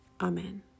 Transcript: Amen